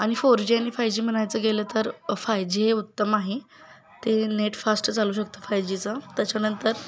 आणि four G आणि five G म्हणायचं गेलं तर फाय जी हे उत्तम आहे ते नेट फास्ट चालू शकतं फाय जीचं त्याच्यानंतर